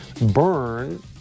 burn